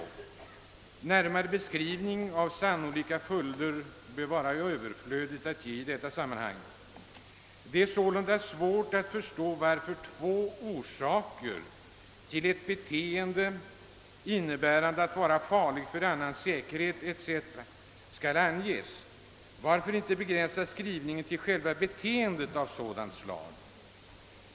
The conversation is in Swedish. Någon närmare beskrivning av sannolika följder härav bör i detta sammanhang vara överflödig. Det är sålunda svårt att förstå varför två orsaker till ett beteende som innebär fara för annans säkerhet etc. skall anges. Varför inte begränsa skrivningen till själva beteendet?